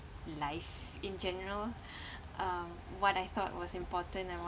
life in general um what I thought was important